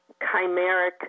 chimeric